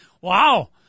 Wow